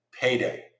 payday